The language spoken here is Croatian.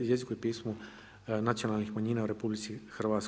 jeziku i pismu nacionalnih manjina u RH.